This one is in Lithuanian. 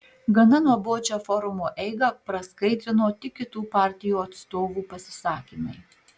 gana nuobodžią forumo eigą praskaidrino tik kitų partijų atstovų pasisakymai